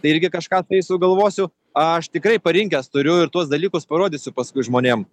tai irgi kažką tai sugalvosiu aš tikrai parinkęs turiu ir tuos dalykus parodysiu paskui žmonėm